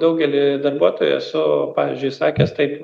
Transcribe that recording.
daugelį darbuotojų esu pavyzdžiui sakęs taip